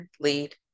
lead